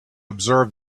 observe